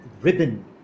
ribbon